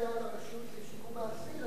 הרשות לשיקום האסיר,